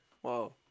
Whoa